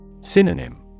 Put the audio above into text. Synonym